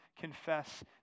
confess